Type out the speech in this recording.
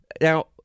Now